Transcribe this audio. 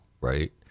right